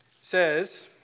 says